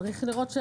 צריך לראות,